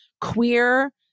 queer